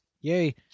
yay